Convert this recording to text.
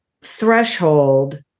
threshold